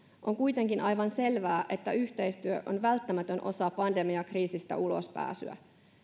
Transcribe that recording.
on kuitenkin aivan selvää että yhteistyö on välttämätön osa pandemiakriisistä ulospääsyä